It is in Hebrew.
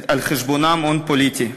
על חשבונם, הון פוליטי.